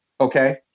Okay